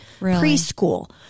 preschool